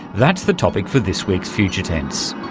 that's the topic for this week's future tense.